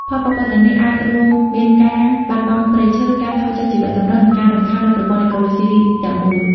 ផលប៉ះពាល់ទាំងនេះអាចរួមមានការបាត់បង់ព្រៃឈើ ការថយចុះជីវៈចម្រុះ និងការរំខានដល់ប្រព័ន្ធអេកូឡូស៊ីទាំងមូល។